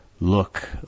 Look